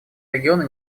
региона